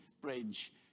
bridge